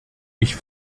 ich